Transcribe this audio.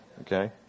Okay